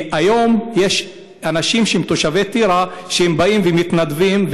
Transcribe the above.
כי היום יש אנשים שהם תושבי טירה ובאים ומתנדבים,